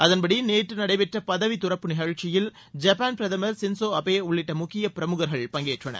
அதன்படி நேற்று நடைபெற்ற பதவி துறப்பு நிகழ்ச்சியில் ஜப்பான் பிரதமர் சின்சோ அபே உள்ளிட்ட முக்கிய பிரமுகர்கள் பங்கேற்றனர்